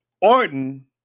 Orton